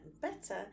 better